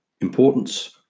Importance